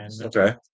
Okay